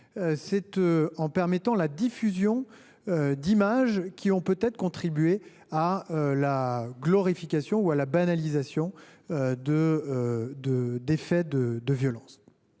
deuxième a trait à la diffusion d’images qui ont peut être participé à la glorification ou à la banalisation des faits de violence.